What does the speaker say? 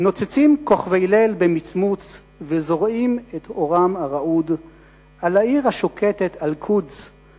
"נוצצים כוכבי ליל במצמוץ/ וזורעים את אורם הרעוד/ על העיר השוקטת אל-קודס/